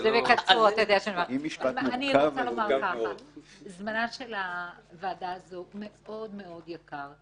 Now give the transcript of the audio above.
זה לא --- אני רוצה לומר שזמנה של הוועדה הזו מאוד מאוד יקר.